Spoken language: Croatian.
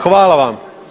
Hvala vam.